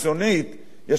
יש לנו גם בית-משפט,